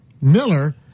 Miller